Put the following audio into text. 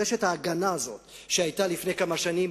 רשת ההגנה הזאת שהיתה לפני כמה שנים,